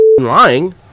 lying